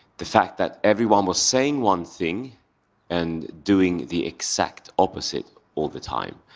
the fact that everyone was saying one thing and doing the exact opposite all the time.